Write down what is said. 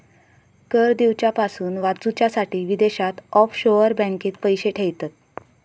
कर दिवच्यापासून वाचूच्यासाठी विदेशात ऑफशोअर बँकेत पैशे ठेयतत